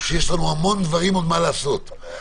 ומה הייתה הסיבה אז שחשבו על